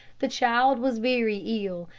the child was very ill,